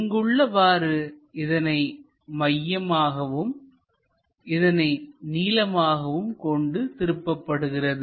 இங்குள்ளவாறு இதனை மையமாகவும் இதனை நீளமாகவும் கொண்டு திருப்பப்படுகிறது